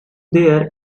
here